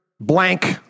blank